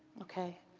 okay?